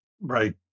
Right